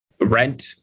rent